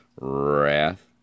wrath